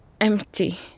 empty